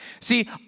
See